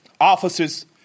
officers